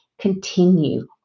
continue